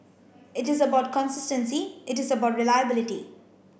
it is about consistency it is about reliability